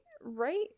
right